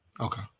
Okay